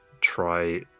try